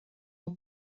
more